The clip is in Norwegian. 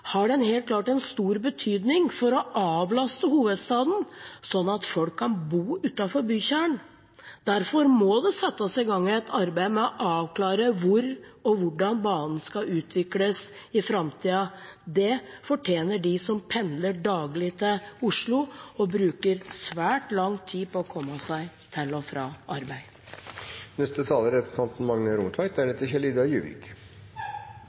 har den helt klart en stor betydning for å avlaste hovedstaden, sånn at folk kan bo utenfor bykjernen. Derfor må det settes i gang et arbeid med å avklare hvor og hvordan banen skal utvikles i framtiden. Det fortjener de som pendler daglig til Oslo, og bruker svært lang tid på å komme seg til og fra arbeid.